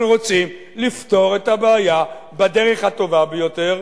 אנחנו רוצים לפתור את הבעיה בדרך הטובה ביותר,